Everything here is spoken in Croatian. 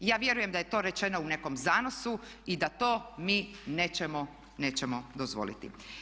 Ja vjerujem da je to rečeno u nekom zanosu i da to mi nećemo dozvoliti.